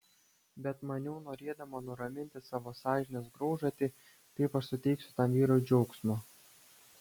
bet maniau norėdama nuraminti savo sąžinės graužatį taip aš suteiksiu tam vyrui džiaugsmo